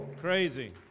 Crazy